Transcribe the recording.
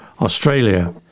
Australia